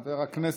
חבר הכנסת,